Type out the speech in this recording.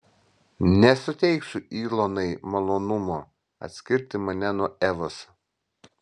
nesuteiksiu ilonai malonumo atskirti mane nuo evos